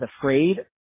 afraid